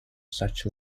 such